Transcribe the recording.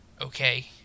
okay